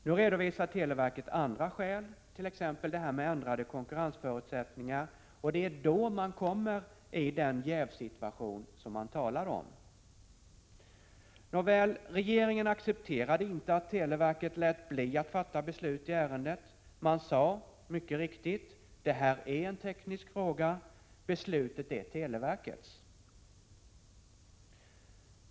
Nu redovisar televerket andra skäl, t.ex. ändrade konkurrensförutsättningar, och det är då man kommer i den jävssituation som man talar om. Nåväl, regeringen accepterade inte att televerket lät bli att fatta beslut i ärendet. Man sade, mycket riktigt, att detta är en teknisk fråga och att beslutet är televerkets.